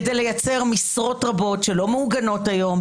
כדי לייצר משרות רבות שלא מעוגנות היום,